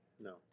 No